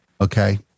okay